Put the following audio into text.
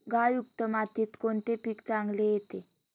गाळयुक्त मातीत कोणते पीक चांगले येते?